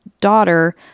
daughter